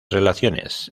relaciones